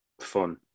fun